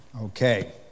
Okay